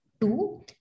Two